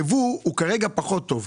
הנתון לגבי ייבוא הוא כרגע פחות טוב,